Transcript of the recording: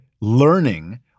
learning